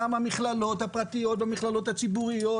גם המכללות הפרטיות והמכללות הציבוריות